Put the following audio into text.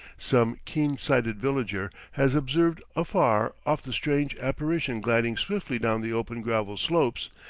some keen-sighted villager has observed afar off the strange apparition gliding swiftly down the open gravel slopes,